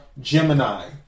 Gemini